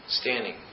standing